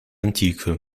antike